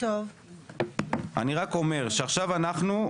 שרת החדשנות,